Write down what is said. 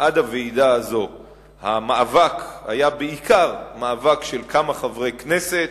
עד הוועידה הזאת המאבק היה בעיקר מאבק של כמה חברי כנסת,